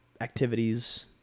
activities